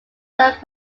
served